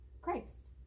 Christ